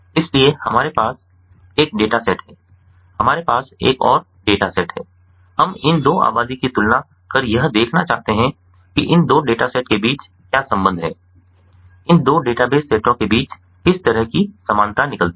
इसलिए हमारे पास एक डेटासेट है हमारे पास एक और डेटासेट है हम इन दो आबादी की तुलना कर यह देखना चाहते हैं कि इन दो डेटासेट के बीच क्या संबंध है इन दो डेटाबेस सेटों के बीच किस तरह की समानता निकलती है